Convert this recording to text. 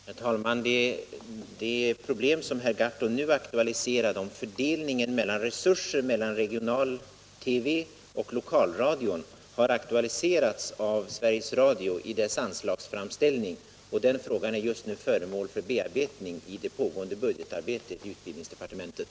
Herr talman! De problem som herr Gahrton nu aktualiserar om fördelningen av resurser mellan regional-TV och lokalradio har Sveriges Radio tagit upp i sin anslagsframställning. Frågan är just nu föremål för bearbetning i det pågående budgetarbetet i utbildningsdepartementet.